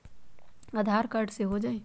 आधार card से हो जाइ?